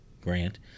grant